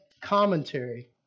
commentary